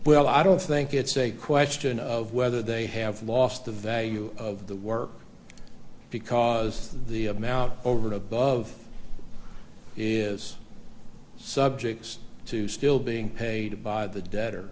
well i don't think it's a question of whether they have lost the value of the work because the amount over and above is subject to still being paid by the debtor